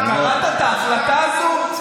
קראת את ההחלטה הזאת?